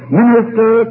minister